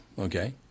Okay